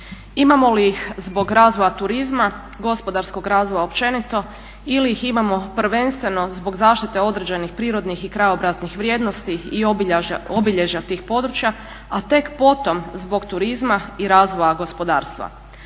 Imamo li ih zbog razvoja turizma, gospodarskog razvoja općenito ili ih imamo prvenstveno zbog zaštite određenih prirodnih i krajobraznih vrijednosti i obilježja tih područja, a tek potom zbog turizma i razvoja gospodarstva?